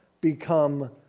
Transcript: become